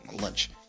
lunch